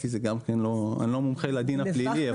אני לא מומחה לדין הפלילי,